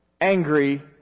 angry